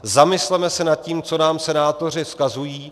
Zamysleme se nad tím, co nám senátoři vzkazují.